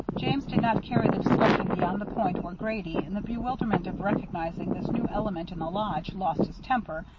james did not carry the discussion beyond the point where grady, in the bewilderment of recognizing this new element in the lodge, lost his temper,